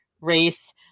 race